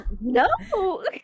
No